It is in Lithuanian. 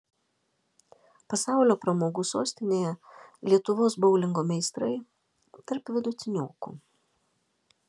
pasaulio pramogų sostinėje lietuvos boulingo meistrai tarp vidutiniokų